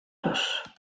cloches